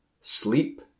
sleep